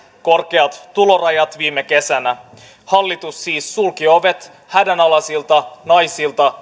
korkeat tulorajat viime kesänä hallitus siis sulki ovet hädänalaisilta naisilta